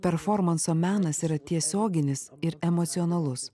performanso menas yra tiesioginis ir emocionalus